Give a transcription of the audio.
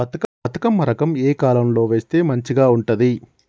బతుకమ్మ రకం ఏ కాలం లో వేస్తే మంచిగా ఉంటది?